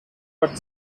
but